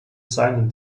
seinen